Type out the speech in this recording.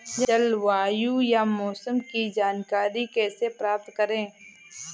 जलवायु या मौसम की जानकारी कैसे प्राप्त करें?